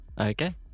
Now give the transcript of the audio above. okay